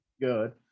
good